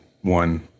one